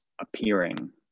appearing